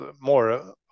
more